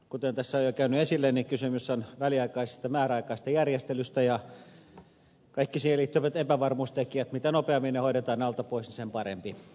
kuten tässä on jo käynyt esille kysymys on väliaikaisesta ja määräaikaisesta järjestelystä ja mitä nopeammin kaikki siihen liittyvät epävarmuustekijät hoidetaan alta pois sen parempi